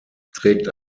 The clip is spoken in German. trägt